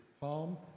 Palm